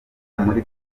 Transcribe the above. muri